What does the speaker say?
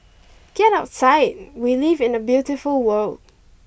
get outside we live in a beautiful world